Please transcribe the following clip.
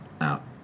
out